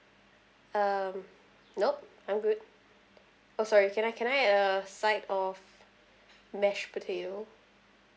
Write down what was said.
um nope I'm good oh sorry can I can I add a side of mash potato